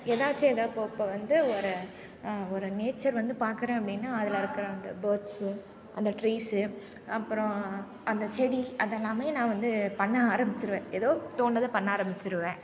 எதாச்சும் எதாக இப்போது இப்போ வந்து ஒரு ஒரு நேச்சர் வந்து பார்க்குறேன் அப்படின்னா அதில் இருக்கிற அந்த பேர்ட்ஸ்ஸும் அந்த ட்ரீஸ் அப்புறம் அந்த செடி அதெல்லாமே நான் வந்து பண்ண ஆரம்பிச்சிடுவேன் எதோ தோணுனதை பண்ண ஆரம்பிச்சிடுவேன்